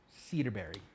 cedarberry